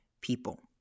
people